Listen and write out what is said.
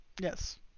Yes